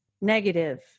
negative